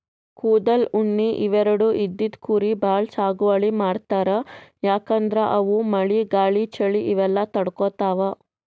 ಕೂದಲ್, ಉಣ್ಣಿ ಇವೆರಡು ಇದ್ದಿದ್ ಕುರಿ ಭಾಳ್ ಸಾಗುವಳಿ ಮಾಡ್ತರ್ ಯಾಕಂದ್ರ ಅವು ಮಳಿ ಗಾಳಿ ಚಳಿ ಇವೆಲ್ಲ ತಡ್ಕೊತಾವ್